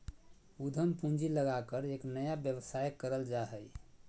उद्यम पूंजी लगाकर एक नया व्यवसाय करल जा हइ